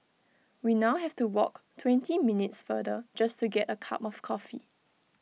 we now have to walk twenty minutes farther just to get A cup of coffee